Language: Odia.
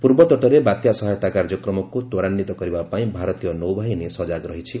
ପୂର୍ବତଟରେ ବାତ୍ୟା ସହାୟତା କାର୍ଯ୍ୟକ୍ରମକୁ ତ୍ୱରାନ୍ୱିତ କରିବା ପାଇଁ ଭାରତୀୟ ନୌବାହିନୀ ସଜାଗ ରହିଛି